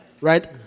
Right